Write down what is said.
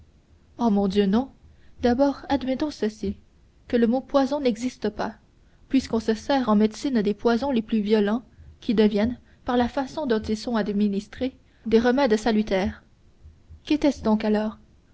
oh mon dieu non d'abord admettons ceci que le mot poison n'existe pas puisqu'on se sert en médecine des poisons les plus violents qui deviennent par la façon dont ils sont administrés des remèdes salutaires qu'était-ce donc alors